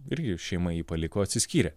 irgi šeima jį paliko atsiskyrė